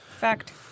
Fact